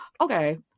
Okay